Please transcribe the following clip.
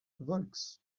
volx